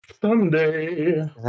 someday